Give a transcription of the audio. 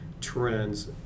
trends